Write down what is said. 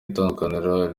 itandukaniro